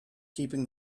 keeping